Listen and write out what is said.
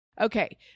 Okay